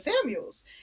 Samuels